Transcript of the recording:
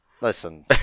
Listen